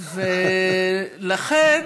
ולכן,